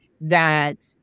that-